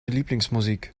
lieblingsmusik